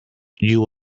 you